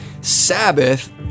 Sabbath